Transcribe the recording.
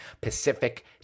Pacific